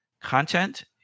content